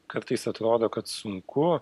kartais atrodo kad sunku